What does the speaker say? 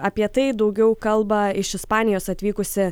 apie tai daugiau kalba iš ispanijos atvykusi